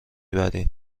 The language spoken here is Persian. برین